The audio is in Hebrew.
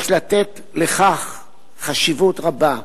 יש לתת לכך חשיבות רבה.